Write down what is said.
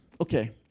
Okay